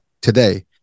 today